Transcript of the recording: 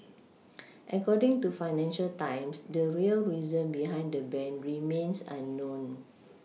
according to financial times the real reason behind the ban remains unknown